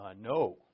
No